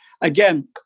again